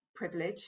privilege